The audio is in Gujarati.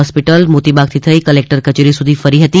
હોસ્પિટલ મોતીબાગથી લઈ કલેક્ટર કચેરી સુધી ફરી હતી